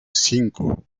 cinco